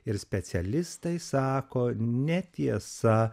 ir specialistai sako netiesa